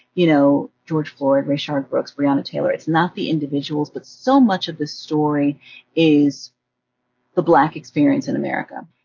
you know, george floyd, rayshard brooks, breonna taylor. it's not the individuals. but so much of the story is the black experience in america.